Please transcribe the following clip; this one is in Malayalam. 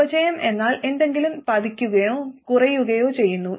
അപചയം എന്നാൽ എന്തെങ്കിലും പതിക്കുകയോ കുറയുകയോ ചെയ്യുന്നു